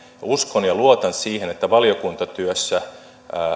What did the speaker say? uskon ja luotan siihen että valiokuntatyössä